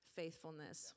faithfulness